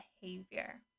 behavior